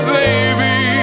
baby